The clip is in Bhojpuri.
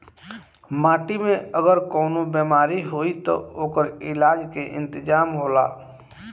माटी में अगर कवनो बेमारी होई त ओकर इलाज के इंतजाम होला